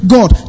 God